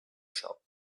shop